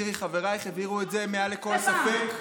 תראי, חברייך הבהירו את זה מעל לכל ספק.